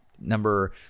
Number